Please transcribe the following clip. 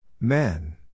Men